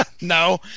No